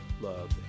love